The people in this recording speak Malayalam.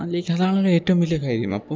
അല്ലേ അതാണല്ലോ ഏറ്റവും വലിയ കാര്യം അപ്പം